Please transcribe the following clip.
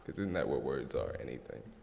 isn't that what words are, anything?